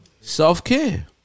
self-care